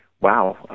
wow